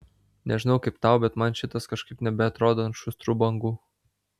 nežinau kaip tau bet man šitas kažkaip nebeatrodo ant šustrų bangų